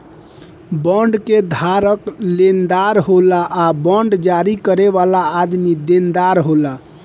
bond के धारक लेनदार होला आ बांड जारी करे वाला आदमी देनदार होला